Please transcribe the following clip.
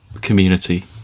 community